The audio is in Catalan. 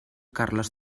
carles